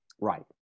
Right